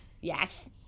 Yes